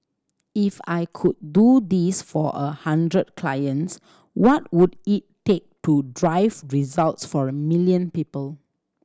if I could do this for a hundred clients what would it take to drive results for a million people